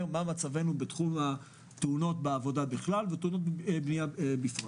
מה מצבנו בתחום התאונות בעבודה בכלל ותאונות בענף הבניה בפרט.